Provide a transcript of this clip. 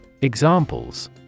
Examples